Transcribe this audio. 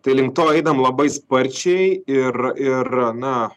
tai link to einam labai sparčiai ir ir na